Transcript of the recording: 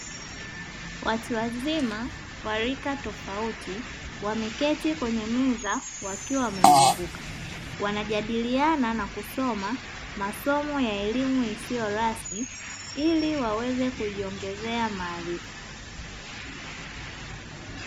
Watu wazima wa rika tofauti wameketi kwenye meza, wakiwa wameizunguka wanajadiliana na kusoma masomo ya elimu isiyo rasmi ili waweze kujiongezea maarifa.